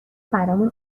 برامون